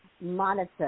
monitor